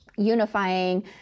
Unifying